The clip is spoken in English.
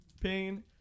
pain